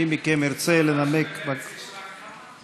מי מכם ירצה לנמק, בבקשה.